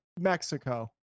Mexico